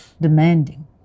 demanding